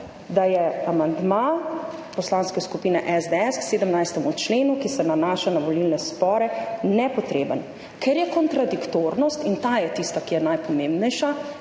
da je amandma Poslanske skupine SDS k 17. členu, ki se nanaša na volilne spore, nepotreben, ker je kontradiktornost – in ta je tista, ki je najpomembnejša